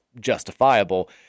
justifiable